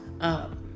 up